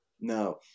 No